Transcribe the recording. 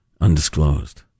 Undisclosed